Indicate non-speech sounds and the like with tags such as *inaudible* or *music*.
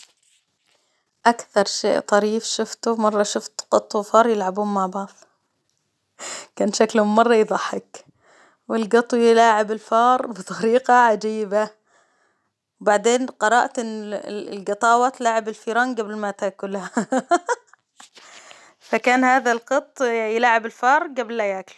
أكثر شيء طريف شفته مرة شفت قط وفار يلعبون مع بعض كان شكلهم مرة يضحك، والقط يلاعب الفار بطريقة عجيبة، بعدين قرأت إن *hesitation* القطاوة تلاعب الفيران قبل ما تاكلها، *laughs* فكان هذا القط يلاعب الفار قبل لا ياكله.